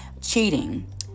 Cheating